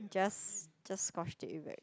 just just scotch tape it back